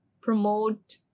promote